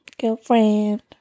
Girlfriend